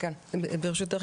ברשותך,